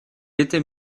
était